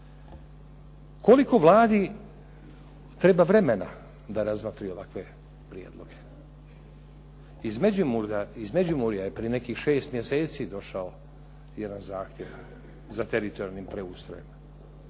Koliko Vladi treba vremena da razmotri ovakve prijedloge. Iz Međimurja je prije nekih šest mjeseci došao neki zahtjev za teritorijalnim preustrojem.